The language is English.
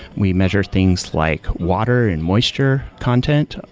we measure things like water and moisture content,